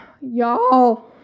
Y'all